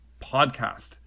podcast